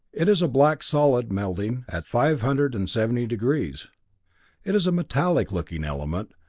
it is a black solid melting at five hundred and seventy degrees it is a metallic looking element,